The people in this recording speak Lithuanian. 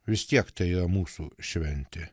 vis tiek tai yra mūsų šventė